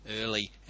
early